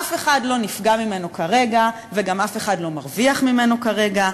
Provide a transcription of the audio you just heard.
אף אחד לא נפגע ממנו כרגע וגם אף אחד לא מרוויח ממנו כרגע,